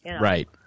Right